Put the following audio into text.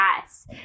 Yes